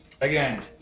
Again